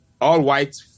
all-white